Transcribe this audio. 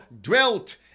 dwelt